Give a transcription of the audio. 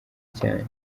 cyane